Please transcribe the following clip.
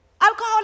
Alcohol